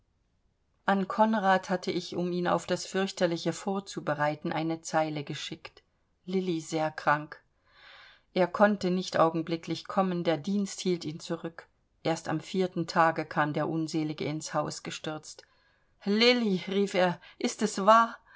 an konrad hatte ich um ihn auf das fürchterliche vorzubereiten eine zeile geschickt lilli sehr krank er konnte nicht augenblicklich kommen der dienst hielt ihn zurück erst am vierten tage kam der unselige ins haus gestürzt lilli rief er ist es wahr